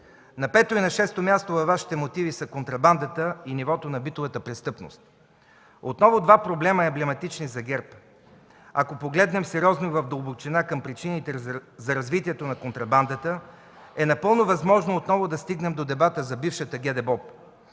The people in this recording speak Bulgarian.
На пето и на шесто място във Вашите мотиви са контрабандата и нивото на битовата престъпност – отново два проблема, емблематични за ГЕРБ. Ако погледнем сериозно и в дълбочина към причините за развитието на контрабандата, е напълно възможно отново да стигнем до дебата за бившата ГДБОП.